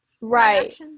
right